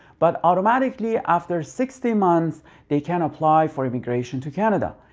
but automatically after sixty months they can apply for immigration to canada.